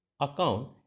account